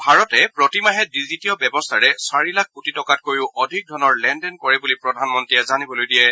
ভাৰতে প্ৰতি মাহে ডিজিটীয় ব্যৱস্থাৰে চাৰি লাখ কোটি টকাতকৈও অধিক ধনৰ লেন দেন কৰে বুলি প্ৰধানমন্ত্ৰীয়ে জানিবলৈ দিয়ে